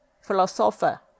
philosopher